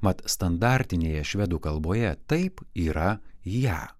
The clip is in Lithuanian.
mat standartinėje švedų kalboje taip yra ją